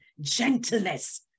gentleness